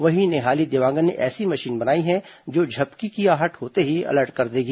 वहीं नेहाली देवांगन ने ऐसी मशीन बनाई है जो झपकी की आहट होते ही अलर्ट कर देगी